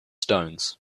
stones